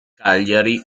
cagliari